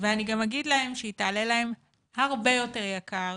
אני גם אגיד להם שהיא תעלה להם הרבה יותר יקר